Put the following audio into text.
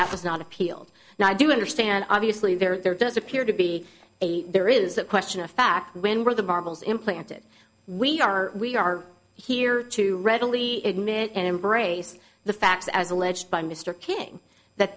that was not appealed now i do understand obviously there does appear to be a there is a question of fact when were the marbles implanted we are we are here to readily admit and embrace the facts as alleged by mr king that